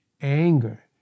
anger